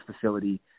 facility